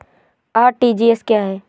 RTGS क्या है?